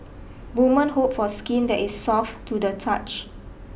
women hope for skin that is soft to the touch